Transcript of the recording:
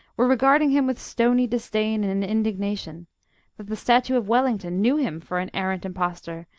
were regarding him with stony disdain and indignation that the statue of wellington knew him for an arrant impostor,